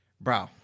Bro